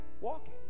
walking